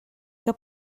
que